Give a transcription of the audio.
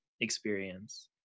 experience